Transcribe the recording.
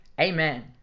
amen